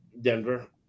Denver